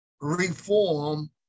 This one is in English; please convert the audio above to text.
reform